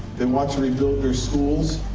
they want to rebuild their schools.